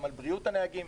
גם על בריאות הנהגים.